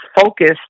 focused